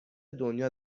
دنیا